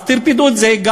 אז טרפדו את זה.